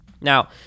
Now